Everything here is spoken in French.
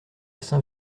saint